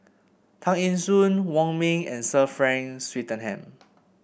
Tay Eng Soon Wong Ming and Sir Frank Swettenham